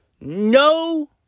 no